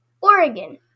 Oregon